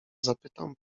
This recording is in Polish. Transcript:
zapytam